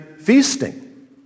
feasting